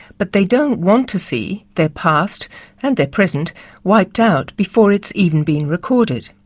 but they don't want to see their past and their present wiped out before it's even been recorded.